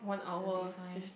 seventy five